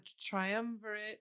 triumvirate